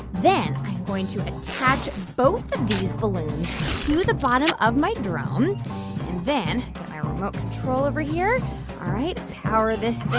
then i am going to attach both of these balloons to the bottom of my drone. and then get my remote control over here. all right. power this thing